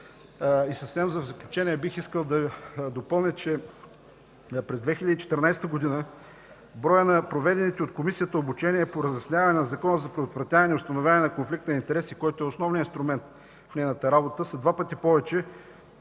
работа. В заключение, бих искал да допълня, че през 2014 г. броят на проведените от Комисията обучения по разясняване на Закона за предотвратяване и установяване на конфликт на интереси, който е основният инструмент в нейната работа, са два пъти повече